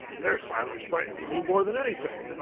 their silence frightens me more than anything.